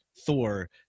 Thor